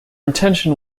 intention